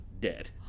dead